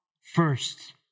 first